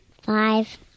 Five